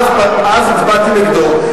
אז הצבעתי נגדו,